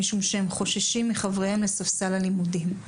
משום שהם חוששים מחבריהם לספסל הלימודים.